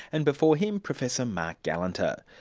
and before him, professor marc galanter.